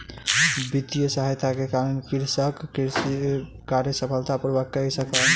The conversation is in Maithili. वित्तीय सहायता के कारण कृषक कृषि कार्य सफलता पूर्वक कय सकल